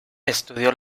estudió